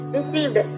received